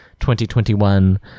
2021